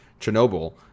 chernobyl